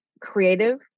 creative